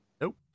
Nope